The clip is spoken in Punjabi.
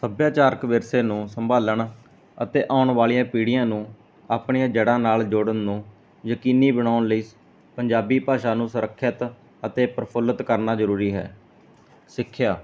ਸੱਭਿਆਚਾਰਕ ਵਿਰਸੇ ਨੂੰ ਸੰਭਾਲਣ ਅਤੇ ਆਉਣ ਵਾਲੀਆਂ ਪੀੜੀਆਂ ਨੂੰ ਆਪਣੀਆਂ ਜੜਾਂ ਨਾਲ ਜੋੜਨ ਨੂੰ ਯਕੀਨੀ ਬਣਾਉਣ ਲਈ ਪੰਜਾਬੀ ਭਾਸ਼ਾ ਨੂੰ ਸੁਰੱਖਿਅਤ ਅਤੇ ਪ੍ਰਫੁੱਲਿਤ ਕਰਨਾ ਜਰੂਰੀ ਹੈ ਸਿੱਖਿਆ